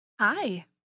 Hi